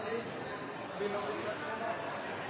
vi la